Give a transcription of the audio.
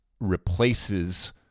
replaces